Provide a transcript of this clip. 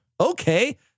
okay